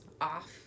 off